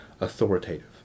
authoritative